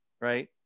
right